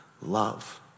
love